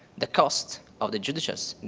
the cost of the judicious